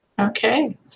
Okay